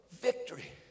victory